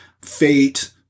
fate